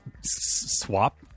swap